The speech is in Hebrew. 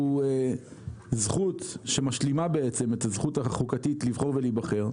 היא זכות שמשלימה את הזכות החוקתית לבחור ולהיבחר,